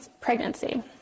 pregnancy